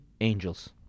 angels